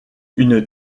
une